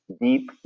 deep